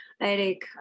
Eric